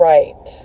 Right